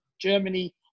Germany